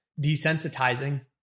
desensitizing